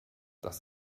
das